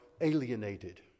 alienated